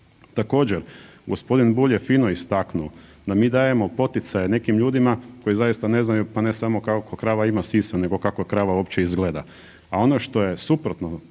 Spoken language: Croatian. Također, g. Bulj je fino istaknuo da mi dajemo poticaje nekim ljudima koji zaista ne znaju, pa ne samo koliko krava ima sisa nego kako krava uopće izgleda.